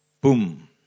Boom